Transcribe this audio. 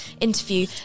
interview